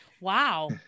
Wow